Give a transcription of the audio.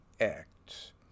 acts